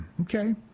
Okay